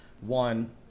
One